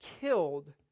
killed